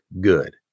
good